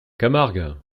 camargue